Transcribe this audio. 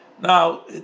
Now